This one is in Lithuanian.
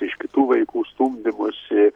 iš kitų vaikų stumdymosi